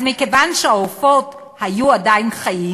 אז מכיוון שהעופות היו עדיין חיים,